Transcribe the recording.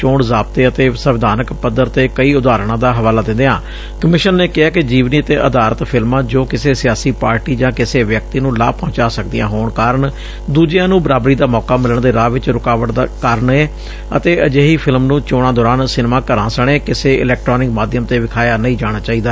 ਚੋਣ ਜ਼ਾਬਤੇ ਅਤੇ ਸੰਵਿਧਾਨਕ ਪੱਧਰ ਤੇ ਕਈ ਉਦਾਹਰਣਾਂ ਦਾ ਹਵਾਲਾ ਦਿੰਦਿਆਂ ਕਮਿਸ਼ਨ ਨੇ ਕਿਹੈ ਕਿ ਜੀਵਨੀ ਤੇ ਆਧਾਰਿਤ ਫਿਲਮਾਂ ਜੋ ਕਿਸੇ ਸਿਆਸੀ ਪਾਰਟੀ ਜਾਂ ਕਿਸੇ ਵਿਅਕਤੀ ਨੂੰ ਲਾਭ ਪਹੁੰਚਾ ਸਕਦੀਆਂ ਹੋਣ ਕਾਰਨ ਦੁਜਿਆਂ ਨੂੰ ਬਰਾਬਰੀ ਦਾ ਮੌਕਾ ਮਿਲਣ ਦੇ ਰਾਹ ਚ ਰੁਕਾਵਟ ਦਾ ਕਾਰਨ ਏ ਅਤੇ ਅਜਿਹੀ ਫਿਲਮ ਨੂੰ ਚੋਣਾਂ ਦੌਰਾਨ ਸਿਨੇਮਾ ਘਰਾਂ ਸਣੇ ਕਿਸੇ ਇਲੈਕਟ੍ਾਨਿਕ ਮਾਧਿਅਮ ਤੇ ਵਿਖਾਇਆ ਨਹੀਂ ਜਾਣਾ ਚਾਹੀਦਾ